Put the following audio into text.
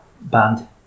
band